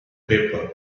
paper